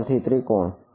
વિધાર્થી ત્રિકોણ